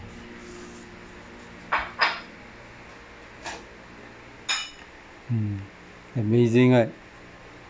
mm amazing right